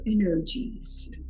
energies